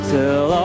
Till